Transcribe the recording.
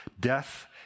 Death